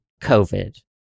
COVID